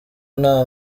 nta